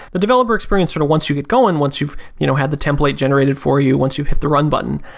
the developer experience sort of once you get going, once you've you know had the template generated for you once you hit the run button.